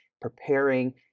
preparing